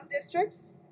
districts